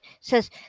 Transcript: says